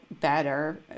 better